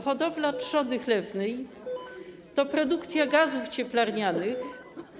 Hodowla trzody chlewnej to produkcja gazów cieplarnianych.